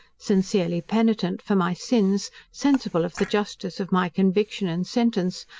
sincerely penitent for my sins sensible of the justice of my conviction and sentence,